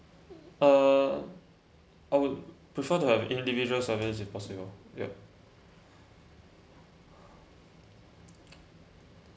uh I would prefer to have individual serving if possible ya